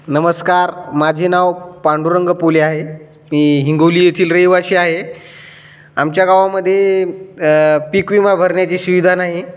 नमस्कार माझे नाव पांडुरंग पोले आहे मी हिंगोली येथील रहिवाशी आहे आमच्या गावामध्ये पीक विमा भरण्याची सुविधा नाही